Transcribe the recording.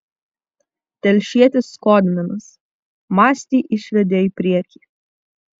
telšietis skodminas mastį išvedė į priekį